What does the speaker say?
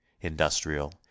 industrial